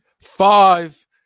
Five